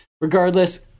regardless